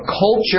culture